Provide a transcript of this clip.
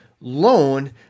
loan